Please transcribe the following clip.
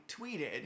tweeted